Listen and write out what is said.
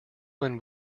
when